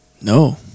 No